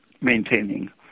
maintaining